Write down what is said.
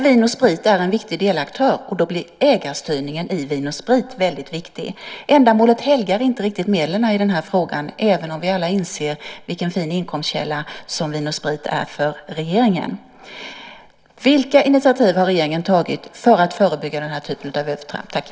Vin & Sprit är en viktig medaktör, och då blir ägarstyrningen i Vin & Sprit väldigt viktig. Ändamålet helgar inte riktigt medlen i den här frågan, även om vi alla inser vilken fin inkomstkälla som Vin & Sprit är för regeringen. Vilka initiativ har regeringen tagit för att förebygga den här typen av övertramp?